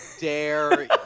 dare